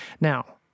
Now